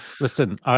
Listen